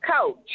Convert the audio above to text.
Coach